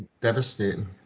Devastating